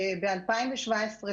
שב-2017,